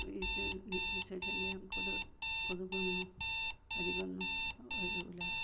ഈച്ച ഈച്ചശല്യം കൊതുകൊന്നും അധികമൊന്നും വരില്ല